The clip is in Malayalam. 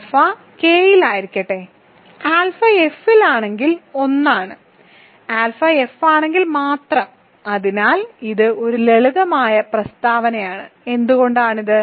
ആൽഫ K യിൽ ആയിരിക്കട്ടെ ആൽഫ F ൽ ആണെങ്കിൽ 1 ആണ് ആൽഫ F ആണെങ്കിൽ മാത്രം അതിനാൽ ഇത് ഒരു ലളിതമായ പ്രസ്താവനയാണ് എന്തുകൊണ്ട് ഇത്